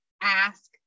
ask